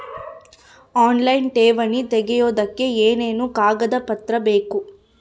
Online ಠೇವಣಿ ತೆಗಿಯೋದಕ್ಕೆ ಏನೇನು ಕಾಗದಪತ್ರ ಬೇಕು?